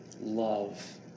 love